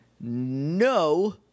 no